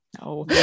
no